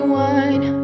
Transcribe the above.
wine